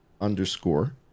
underscore